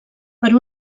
per